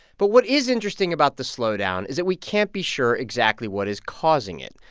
but what is interesting about the slowdown is that we can't be sure exactly what is causing it.